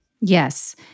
Yes